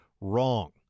wrong